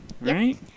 right